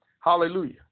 Hallelujah